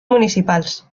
municipals